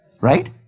Right